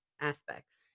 aspects